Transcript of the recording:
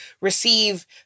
receive